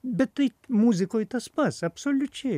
bet tai muzikoj tas pats absoliučiai